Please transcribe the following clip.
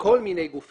מי ייתן לו רישוי